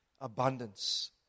abundance